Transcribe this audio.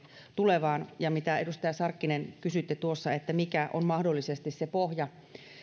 tulevaan edustaja sarkkinen kysyitte tuossa mikä on mahdollisesti se pohja